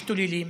משתוללים,